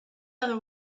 other